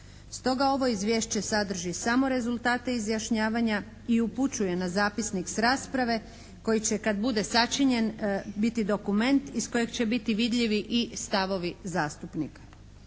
Stoga ovo izvješće sadrži samo rezultate izjašnjavanja i upućuje na zapisnik s rasprave koji će kad bude sačinjen biti dokument iz kojeg će biti vidljivi i stavovi zastupnika.